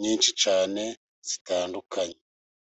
nyinshi cyane zitandukanye.